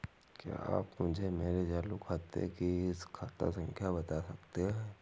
क्या आप मुझे मेरे चालू खाते की खाता संख्या बता सकते हैं?